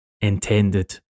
intended